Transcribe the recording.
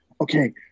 okay